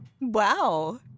Wow